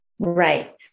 Right